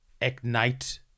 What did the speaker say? ignite